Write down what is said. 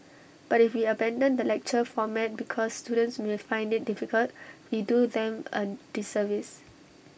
but if we abandon the lecture format because students may find IT difficult we do them A disservice